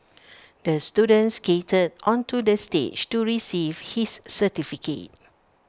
the student skated onto the stage to receive his certificate